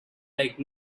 like